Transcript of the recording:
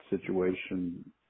situation